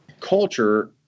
culture